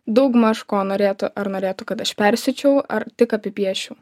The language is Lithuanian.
daugmaž ko norėtų ar norėtų kad aš persiūčiau ar tik apipieščiau